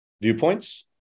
viewpoints